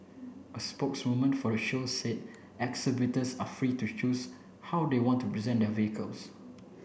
a spokeswoman for the show said exhibitors are free to choose how they want to present their vehicles